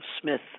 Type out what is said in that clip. Smith